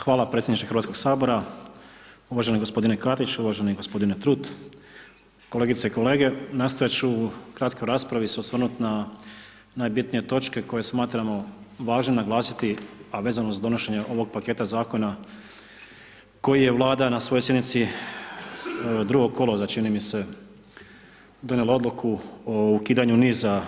Hvala predsjedniče HS-a, uvaženi gospodine Katiću, uvaženi gospodine Trut, kolegice i kolege nastojati ću u kratkoj raspravi se osvrnuti na najbitnije točke koje smatramo važno naglasiti, a vezano za donošenje ovog paketa Zakona koji je Vlada na svojoj sjednici 2. kolovoza, čini mi se, donijela odluku o ukidanju niza